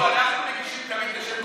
אנחנו מגישים תמיד בשם כל האופוזיציה.